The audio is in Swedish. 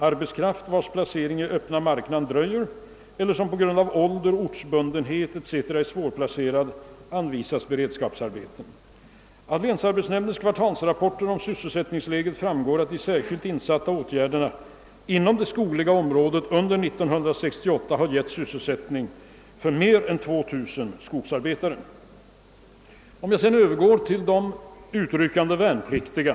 Arbetskraft, vars placering i öppna marknaden dröjer eller som på grund av ålder, ortsbundenhet etc. är svårplacerad, anvisas beredskapsarbeten. Av länsarbetsnämndernas kvartalsrapporter om sysselsättningsläget framgår att de särskilt insatta åtgärderna inom det skogliga området 1968 givit sysselsättning åt mer än 2000 skogsarbetare. Utryckande värnpliktiga.